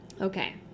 Okay